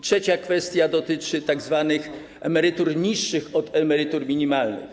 Trzecia kwestia dotyczy tzw. emerytur niższych od emerytur minimalnych.